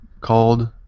called